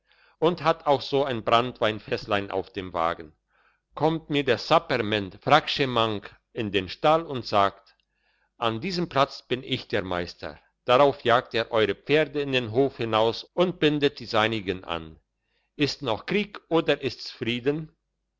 und hat auch so ein brannteweinfässlein auf dem wagen kommt mir der sapperment frangschemang in den stall und sagt an diesem platz bin ich der meister drauf jagt er eure pferde in den hof hinaus und bindet die seinigen an ist noch krieg oder ist's frieden